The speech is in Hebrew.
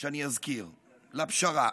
שאני אזכיר לפשרה.